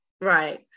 right